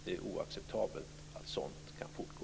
Det är oacceptabelt att sådant kan fortgå.